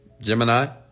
Gemini